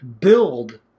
build